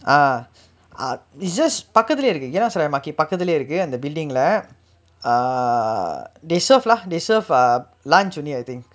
ah ah you just பக்கத்துலையே இருக்கு:pakkathulayae irukku geylang serai market பக்கத்துலையே இருக்கு அந்த:pakkathulye irukku antha building leh ah they serve lah they serve ah lunch only I think